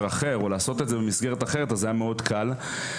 אחר או לעשות את זה במסגרת אחרת זה היה מקל מאוד.